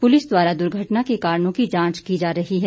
police द्वारा दुर्घटना के कारणों की जांच की जा रही है